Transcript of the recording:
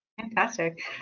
Fantastic